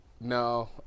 No